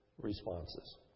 responses